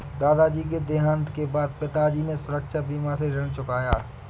दादाजी के देहांत के बाद पिताजी ने सुरक्षा बीमा से ऋण चुकाया